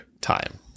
time